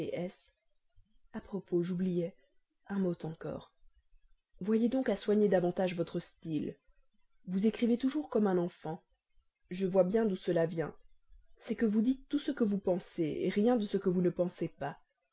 à propos j'oubliais un mot encore voyez donc à soigner davantage votre style vous écrivez toujours comme un enfant je vois bien d'où cela vient c'est que vous dites tout ce que vous pensez rien de ce que vous ne pensez pas